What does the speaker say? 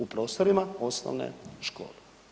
U prostorima osnovne škole.